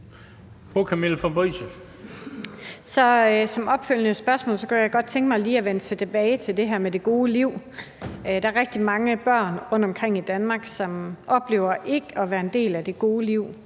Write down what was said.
Som opfølgende spørgsmål kunne jeg godt tænke mig lige at vende tilbage til det her med det gode liv. Der er rigtig mange børn rundtomkring i Danmark, som oplever ikke at være en del af det gode liv;